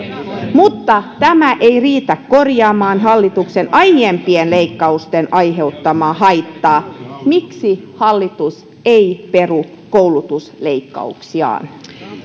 mutta tämä ei riitä korjaamaan hallituksen aiempien leikkausten aiheuttamaa haittaa miksi hallitus ei peru koulutusleikkauksiaan